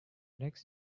next